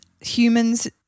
humans